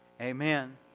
Amen